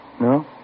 No